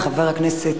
חבר הכנסת